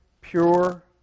pure